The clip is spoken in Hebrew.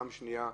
פעם שנייה,